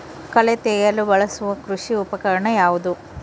ಕಳೆ ತೆಗೆಯಲು ಬಳಸುವ ಕೃಷಿ ಉಪಕರಣ ಯಾವುದು?